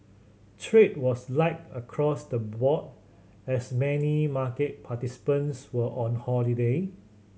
trade was light across the board as many market participants were on holiday